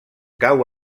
cau